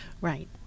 Right